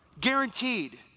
guaranteed